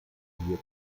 hier